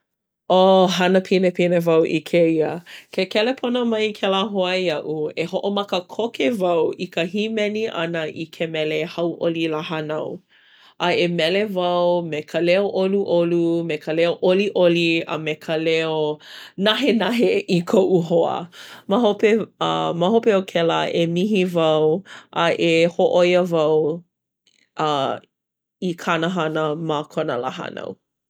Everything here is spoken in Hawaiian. ʻŌ hana pinepine wau i kēia. Ke kelepona mai kēlā hoa iaʻu i ka hīmeni ʻana i ke mele Hauʻoli Lā Hānau. A e mele wau me ka leo ʻoluʻolu me ka leo ʻoliʻoli a me ka leo nahenahe i koʻu hoa. Ma hope a ma hope o kēlā e mihi wau a e hōʻoia wau a i kāna hana ma kona lā hānau.